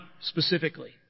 specifically